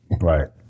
Right